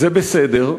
זה בסדר,